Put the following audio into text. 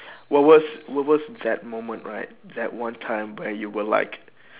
what was what was that moment right that one time where you were like